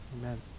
amen